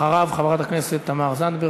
אחריו, חברת הכנסת תמר זנדברג,